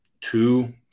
two